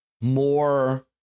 more